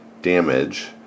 damage